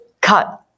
cut